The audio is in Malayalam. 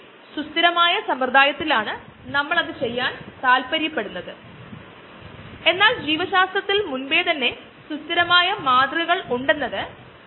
ഇങ്ങനെയുള്ള തൈര് നിർമ്മാതാക്കൾ 2 മണിക്കൂർ അല്ലെൻകിൽ അതിൽ കൂടുതൽ രാത്രി എടുത്തു വെയ്ക്കുക ആണെൻകിൽ പുറത്ത് താപനില അതിനു സഹായകരം ആകുമ്പോൾ തൈര് നല്ലപോലെ ഉണ്ടായിട്ടുണ്ടാകും